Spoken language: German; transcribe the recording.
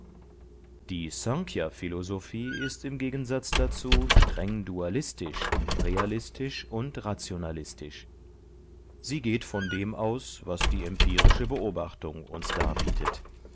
die snkhya philosophie ist im gegensatz dazu streng dualistisch realistisch und rationalistisch sie geht von dem aus was die empirische beobachtung uns darbietet